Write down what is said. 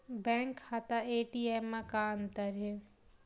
Bank खाता ATM मा का अंतर हे?